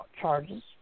charges